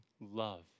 love